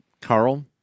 carl